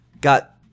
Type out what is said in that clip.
Got